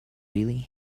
really